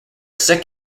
sick